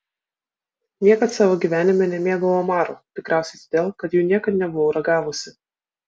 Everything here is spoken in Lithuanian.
niekad savo gyvenime nemėgau omarų tikriausiai todėl kad jų niekad nebuvau ragavusi